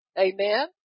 amen